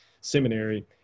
Seminary